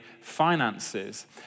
finances